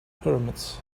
pyramids